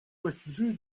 withdrew